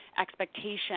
expectation